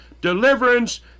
deliverance